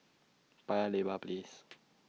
Paya Lebar Place